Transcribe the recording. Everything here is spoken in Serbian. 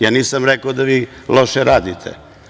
Ja nisam rekao da vi loše radite.